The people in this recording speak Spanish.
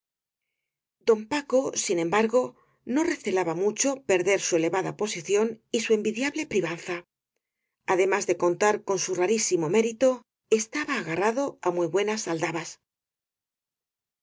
don paco sin embargo no recelaba mucho perder su elevada posición y su envidiable pri vanza además de contar con su rarísimo mérito estaba agarrado á muy buenas aldabas r